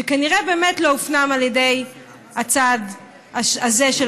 שכנראה באמת לא הופנם על ידי הצד הזה של